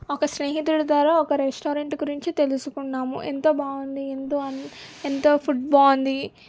ఒక స్నేహితుడి ద్వారా ఒక రెస్టారెంట్ గురించి తెలుసుకున్నాము ఎంత బాగుంది ఎంతో అని ఎంతో ఫుడ్ బాగుంది